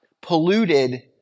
polluted